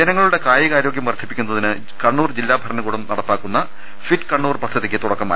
ജനങ്ങളുടെ കായികാരോഗൃം വർദ്ധിപ്പിക്കുന്നതിന് കണ്ണൂർ ജില്ലാ ഭരണകൂടം നടപ്പാക്കുന്ന ഫിറ്റ് കണ്ണൂർ പദ്ധതിക്ക് തുടക്കമായി